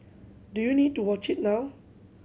do you need to watch it now